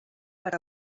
per